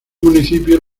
municipios